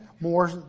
more